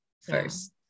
first